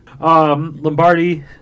Lombardi